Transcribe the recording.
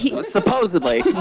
Supposedly